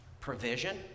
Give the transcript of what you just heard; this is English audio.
provision